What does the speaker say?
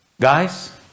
Guys